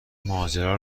ماجرا